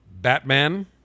Batman